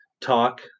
talk